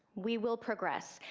we will progress,